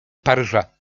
paryża